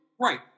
Right